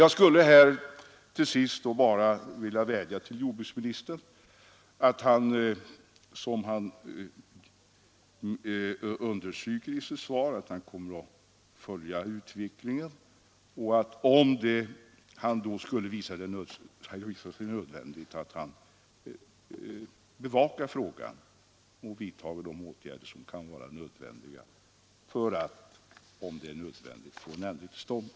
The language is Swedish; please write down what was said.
Jag vill till sist vädja till jordbruksministern att han, som han utlovar i sitt svar, bevakar frågan och, om så blir nödvändigt, vidtar åtgärder för att få till stånd en tillfredsställande utveckling på detta område.